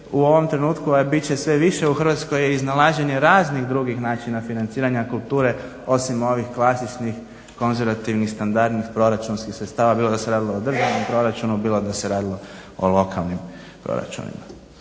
u ovom trenutku a bit će sve više u Hrvatskoj iznalaženje raznih drugih načina financiranja kulture osim ovih klasičnih konzervativnih, standardnih proračunskih sredstava bilo da se radilo o državnom proračunu, bilo da se radilo o lokalnim proračunima.